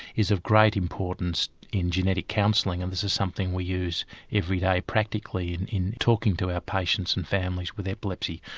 is of great importance in genetic counselling and this is something we use every day practically and in talking to our patients and families with epilepsy.